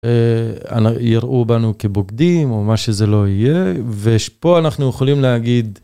יראו בנו כבוגדים, או מה שזה לא יהיה, ופה אנחנו יכולים להגיד...